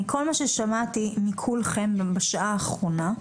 מכל מה ששמעתי מכולכם בשעה האחרונה,